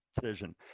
Decision